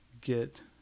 get